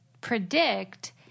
predict